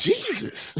Jesus